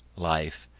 life,